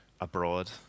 abroad